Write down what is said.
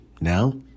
Now